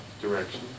direction